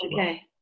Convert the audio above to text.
Okay